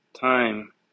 Time